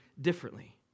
differently